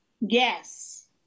Yes